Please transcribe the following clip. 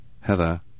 Heather